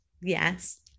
yes